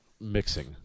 mixing